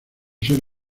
ser